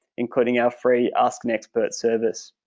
including our free ask an expert service.